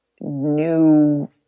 new